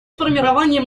формирования